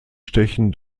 stechen